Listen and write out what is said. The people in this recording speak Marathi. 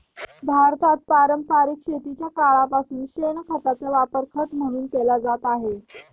भारतात पारंपरिक शेतीच्या काळापासून शेणखताचा वापर खत म्हणून केला जात आहे